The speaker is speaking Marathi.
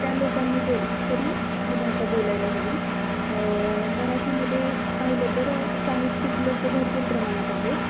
त्या लोकांनी ज तरी ही भाषा बोलायला हवी मराठीमध्ये पाहिलं तर साहित्यिक लोकं भरपूर प्रमाणात आहेत